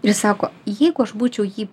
ir sako jeigu aš būčiau jį